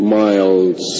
miles